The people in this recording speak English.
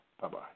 Bye-bye